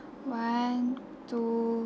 one two